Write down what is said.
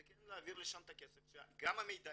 וכן להעביר לשם את הכסף כדי שגם המידע